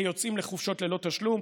כיוצאים לחופשות ללא תשלום.